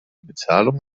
bezahlung